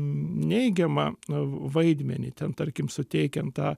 neigiamą vaidmenį ten tarkim suteikiant tą